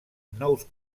nous